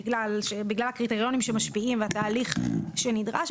בגלל הקריטריונים שמשפיעים והתהליך שנדרש,